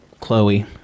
Chloe